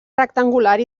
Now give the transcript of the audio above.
rectangular